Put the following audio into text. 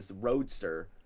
roadster